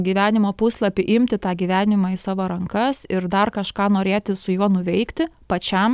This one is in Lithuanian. gyvenimo puslapį imti tą gyvenimą į savo rankas ir dar kažką norėti su juo nuveikti pačiam